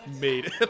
made